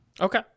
Okay